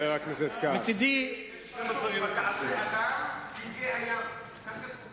כתוב: "ותעשה אדם כדגי הים", כך כתוב.